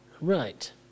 Right